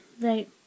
right